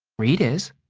reid is,